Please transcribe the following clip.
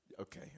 Okay